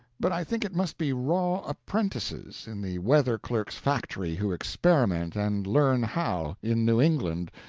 but i think it must be raw apprentices in the weather-clerk's factory who experiment and learn how, in new england,